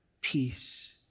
peace